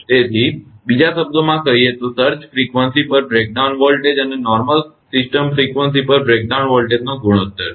તેથી બીજા શબ્દોમાં કહીએ તો તે સર્જ ફ્રીક્વન્સી પર બ્રેકડાઉન વોલ્ટેજ અને નોર્મલ સિસ્ટમ ફ્રીક્વન્સી પર બ્રેકડાઉન વોલ્ટેજનો ગુણોત્તર છે